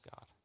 God